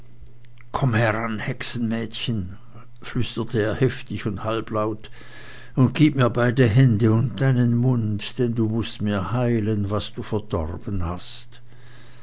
komm heran hexenmädchen flüsterte er heftig und halblaut und gib mir beide hände und deinen mund denn du mußt mir heilen was du verdorben hast